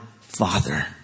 father